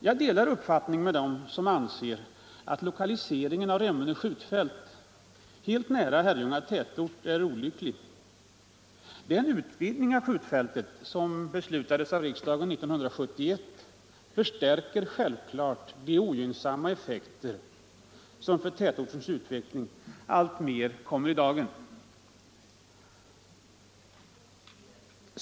Jag delar uppfattning med dem som anser att lokaliseringen av Remmene skjutfält helt nära Herrljunga tätort är olycklig. Den utvidgning av skjutfältet som beslutades av riksdagen 1971 förstärker självklart de ogynnsamma effekter för tätortens utveckling som nu alltmer börjar komma i dagen.